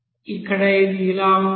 ఇక్కడ ఇది ఇలా ఉంటుంది